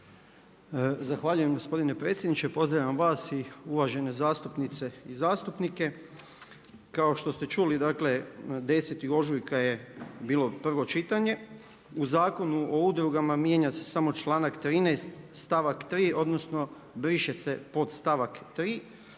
Zahvaljujem gospodin predsjedniče. Pozdravljam vas i uvažene zastupnice i zastupnike. Kao što ste čuli, dakle 10. ožujka je bilo prvo čitanje. U Zakonu o udrugama mijenja se samo članak 13. stavak 3. odnosno briše se podstavak 3.